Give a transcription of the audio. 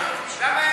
אתה דמגוג.